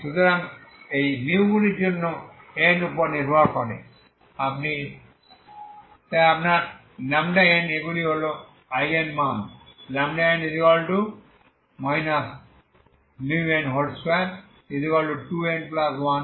সুতরাং এই μ মানগুলির জন্য n উপর নির্ভর করে তাই আপনার n এগুলি হল আইগেন মান